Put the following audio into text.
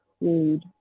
include